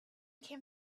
came